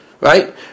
right